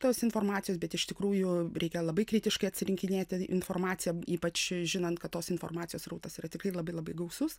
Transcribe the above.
tos informacijos bet iš tikrųjų reikia labai kritiškai atsirinkinėti informaciją ypač žinant kad tos informacijos srautas yra tikrai labai labai gausus